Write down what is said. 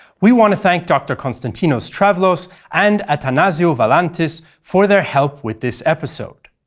we want to thank dr. konstantinos travlos and athanasiou valantis for their help with this episode.